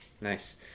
Nice